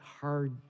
hard